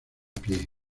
pie